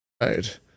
right